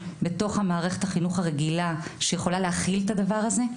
מערכת החינוך הרגילה שיכולה להכיל את הדבר הזה.